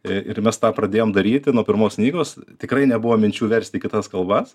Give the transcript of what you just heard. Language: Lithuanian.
ir mes tą pradėjom daryti nuo pirmos knygos tikrai nebuvo minčių versti į kitas kalbas